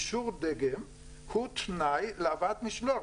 אישור דגם הוא תנאי להבאת משלוח.